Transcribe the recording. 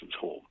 home